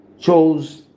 chose